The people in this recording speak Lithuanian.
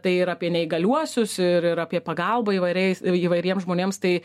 tai yra apie neįgaliuosius ir ir apie pagalbą įvairiais įvairiems žmonėms tai